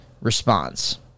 response